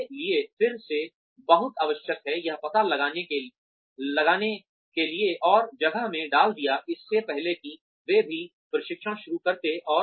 हमारे लिए फिर से बहुत आवश्यक है यह पता लगाने के लिए और जगह में डाल दिया इससे पहले कि वे भी प्रशिक्षण शुरू करते हैं